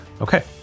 Okay